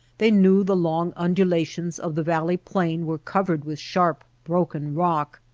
they knew the long undulations of the valley plain were covered with sharp, broken rock,